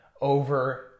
over